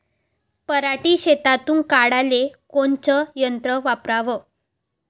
पराटी शेतातुन काढाले कोनचं यंत्र वापराव?